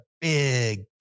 big